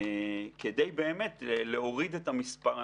כדי באמת להוריד את המספר.